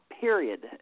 period